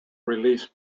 release